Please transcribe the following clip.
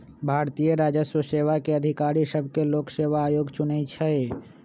भारतीय राजस्व सेवा के अधिकारि सभके लोक सेवा आयोग चुनइ छइ